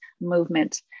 movement